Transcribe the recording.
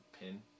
Pin